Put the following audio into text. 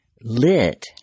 lit